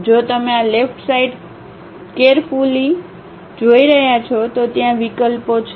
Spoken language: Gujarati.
જો તમે આ લેફ્ટ સાઈડ કેરફુલીકાળજીપૂર્વક જોઈ રહ્યા છો તો ત્યાં વિકલ્પો છે